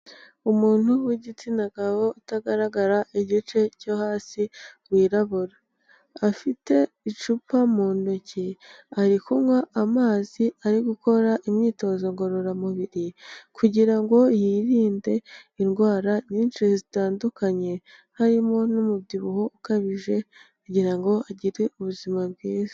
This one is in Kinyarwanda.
Umuntu w'igitsina gabo utagaragara igice cyo hasi wirabura, afite icupa mu ntoki ari kunywa amazi ari gukora imyitozo ngororamubiri kugira ngo yirinde indwara nyinshi zitandukanye, harimo n'umubyibuho ukabije kugira ngo agire ubuzima bwiza.